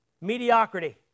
mediocrity